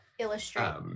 Illustrate